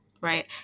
right